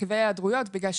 רכיבי היעדרויות, וזה